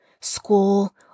school